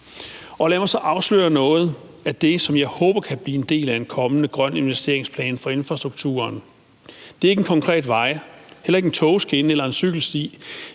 Lad mig så afsløre noget af det, som jeg håber kan blive en del af en kommende grøn investeringsplan for infrastrukturen. Det er ikke en konkret vej eller en togskinne eller en cykelsti,